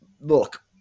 look –